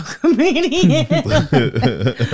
comedian